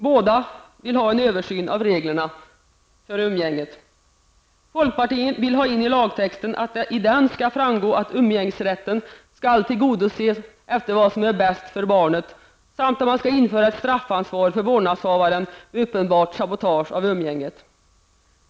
Båda partierna vill ha en översyn av reglerna för umgänget. Folkpartiet vill att det av lagtexten skall framgå att umgängesrätten skall tillgodoses efter vad som är bäst för barnet samt vill införa ett straffansvar för vårdnadshavaren vid uppenbart sabotage av umgänget.